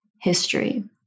history